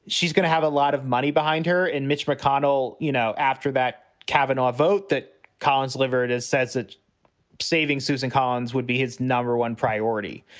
she's going to have a lot of money behind her. and mitch mcconnell, you know, after that kavanaugh vote that collins liveried is says that saving susan collins would be his number one priority.